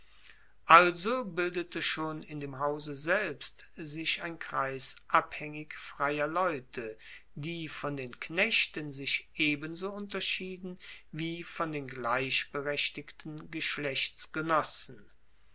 also bildete schon in dem hause selbst sich ein kreis abhaengig freier leute die von den knechten sich ebenso unterschieden wie von den gleichberechtigten